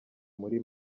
muri